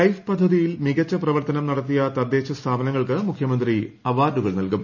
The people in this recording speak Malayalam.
ലൈഫ് പദ്ധതിയിൽ മികച്ച പ്രവർത്തനം നടത്തിയ തദ്ദേശസ്ഥാപനങ്ങൾക്ക് മുഖ്യമന്ത്രി അവാർഡുകൾ നൽകും